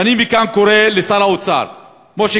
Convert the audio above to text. ואני מכאן קורא לשר האוצר משה